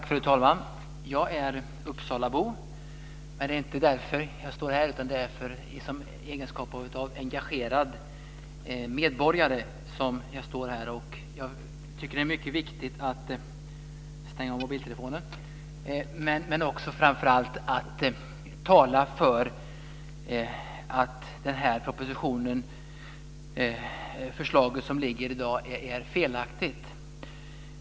Fru talman! Jag är uppsalabo, men det är inte därför jag står här, utan det är i egenskap av engagerad medborgare. Jag tycker att det är mycket viktigt att tala för att det förslag som finns i dag är felaktigt.